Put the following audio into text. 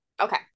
Okay